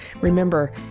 Remember